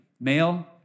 Male